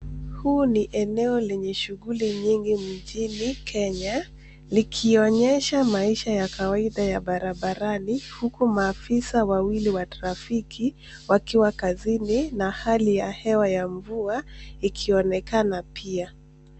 Huu ni eneo lenye shughuli nyingi mjini Kenya, likionyesha maisha ya kawaida ya barabarani, huku maafisa wawili wa trafiki wakiwa kazini, na hali ya hewa ya mvua ikionekana pia.